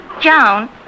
Joan